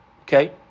okay